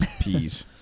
Peas